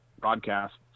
broadcast